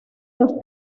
los